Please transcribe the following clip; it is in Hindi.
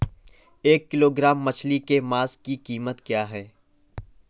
एक किलोग्राम मछली के मांस की कीमत क्या है?